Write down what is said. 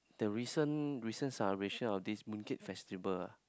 the recent recent celebration of this Mooncake Festival ah